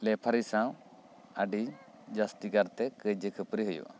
ᱞᱮᱯᱷᱟᱨᱤ ᱥᱟᱶ ᱟᱹᱰᱤ ᱡᱟᱹᱥᱛᱤ ᱠᱟᱨᱛᱮ ᱠᱟᱹᱭᱡᱟᱹ ᱠᱷᱟᱹᱯᱟᱹᱨᱤ ᱦᱩᱭᱩᱜᱼᱟ